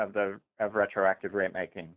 of the of retroactive rate making